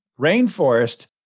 rainforest